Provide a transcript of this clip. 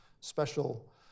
special